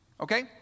okay